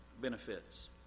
benefits